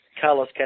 Carlos